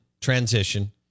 transition